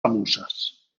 famosas